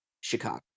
Chicago